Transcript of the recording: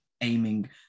aiming